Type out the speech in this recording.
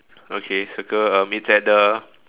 okay circle um it's at the